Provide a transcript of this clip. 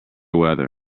weather